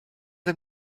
her